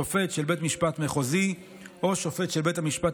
שופט של בית משפט מחוזי או שופט של בית המשפט